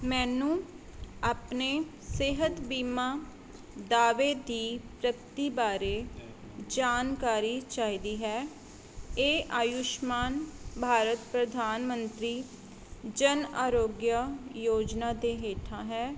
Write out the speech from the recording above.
ਮੈਨੂੰ ਆਪਣੇ ਸਿਹਤ ਬੀਮਾ ਦਾਅਵੇ ਦੀ ਪ੍ਰਗਤੀ ਬਾਰੇ ਜਾਣਕਾਰੀ ਚਾਹੀਦੀ ਹੈ ਇਹ ਆਯੁਸ਼ਮਾਨ ਭਾਰਤ ਪ੍ਰਧਾਨ ਮੰਤਰੀ ਜਨ ਆਰੋਗਯ ਯੋਜਨਾ ਦੇ ਹੇਠਾਂ ਹੈ